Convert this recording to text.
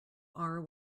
are